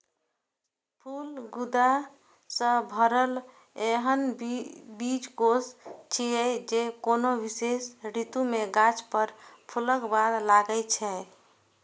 फल गूदा सं भरल एहन बीजकोष छियै, जे कोनो विशेष ऋतु मे गाछ पर फूलक बाद लागै छै